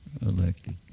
elected